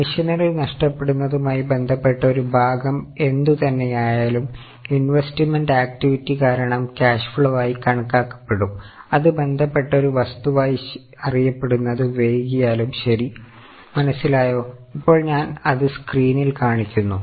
machinery നഷ്ടപ്പെടുന്നതുമായി ബന്ധപ്പെട്ട ഒരു ഭാഗം എന്തുതന്നെയായാലും ഇൻവെസ്റ്റ്മെന്റ് ആക്ടിവിറ്റി കാരണം ക്യാഷ് ഫ്ലോ ആയി കണക്കാക്കപ്പെടും അത് ബന്ധപ്പെട്ട ഒരു വസ്തുവായി അറിയപ്പെടുന്നത് വൈകിയാലും ശരിമനസ്സിലായോഇപ്പോൾ ഞാൻ അത് സ്ക്രീനിൽ കാണിക്കുന്നു